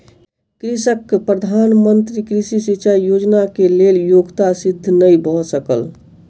कृषकक प्रधान मंत्री कृषि सिचाई योजना के लेल योग्यता सिद्ध नै भ सकल